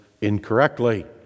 incorrectly